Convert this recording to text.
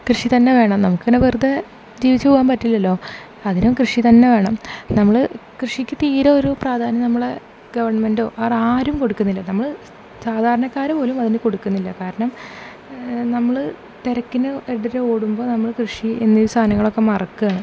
കൃഷി തന്നെ വേണം നമുക്ക് പിന്ന വെറുതേ ജീവിച്ച് പോവാൻ പറ്റില്ലല്ലോ അതിനും കൃഷി തന്നെ വേണം നമ്മൾ കൃഷിക്ക് തീരെ ഒരു പ്രാധാന്യം നമ്മളെ ഗവൺമെൻ്റോ വേറെ ആരും കൊടുക്കുന്നില്ല നമ്മൾ സാധാരണക്കാർ പോലും അതിന് കൊടുക്കുന്നില്ല കാരണം നമ്മൾ തിരക്കിന് ഇടയിൽ ഓടുമ്പോൾ നമ്മൾ കൃഷി എന്നീ സാധനങ്ങളൊക്കെ മറക്കുകയാണ്